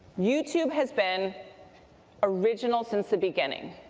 youtube has been original since the beginning.